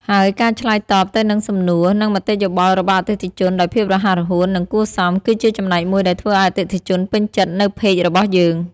ហើយការឆ្លើយតបទៅនឹងសំណួរ និងមតិយោបល់របស់អតិថិជនដោយភាពរហ័សរហួន និងគួរសម គឺជាចំណែកមួយដែរធ្វើឲ្យអតិថិជនពេញចិត្តនៅផេករបស់យើង។